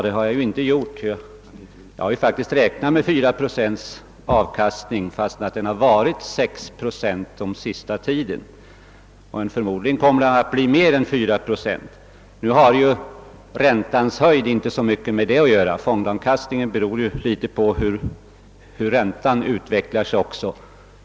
Det har jag inte gjort; jag har faktiskt räknat med 4 procents avkastning, trots att den har varit 6 procent den senaste tiden. Förmodligen kommer den att bli mer än 4 procent. Nu har ju räntans höjd inte så mycket med det att göra — fondavkastningen beror också på annat än på hur räntan utvecklar sig.